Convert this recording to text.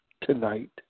tonight